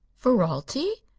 ferralti.